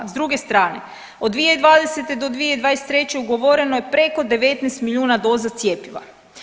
S druge strane od 2020. do 2023. ugovoreno je preko 19 milijuna doza cjepiva.